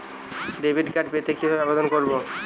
Debit card পেতে কিভাবে আবেদন করব?